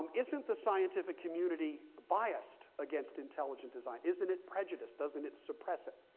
um isn't the scientific community biased against intelligent design? isn't it prejudiced? doesn't it suppress it?